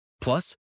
Plus